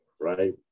right